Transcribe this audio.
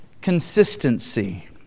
consistency